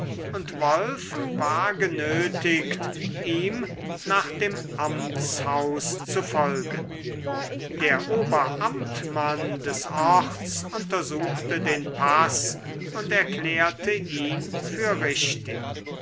und wolf war genötigt ihm nach dem amtshaus zu folgen der oberamtmann des orts untersuchte den paß und erklärte ihn für richtig